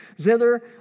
zither